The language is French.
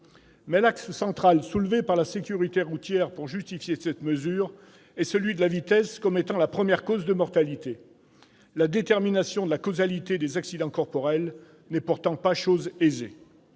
L'axe central avancé par la Sécurité routière pour justifier cette mesure est celui de la vitesse, celle-ci étant présentée comme la première cause de mortalité. La détermination de la causalité des accidents corporels n'est pourtant pas chose aisée.